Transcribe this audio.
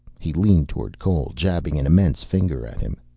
he leaned toward cole, jabbing an immense finger at him.